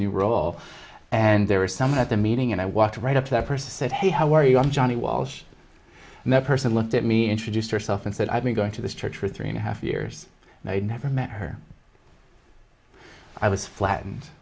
new role and there were some at the meeting and i walked right up to that person said hey how are you i'm johnny walsh and the person looked at me introduced herself and said i've been going to this church for three and a half years and i had never met her i was flat and